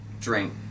Drink